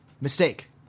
mistake